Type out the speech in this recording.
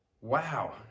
Wow